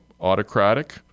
autocratic